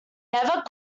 never